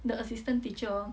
the assistant teacher